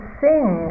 sing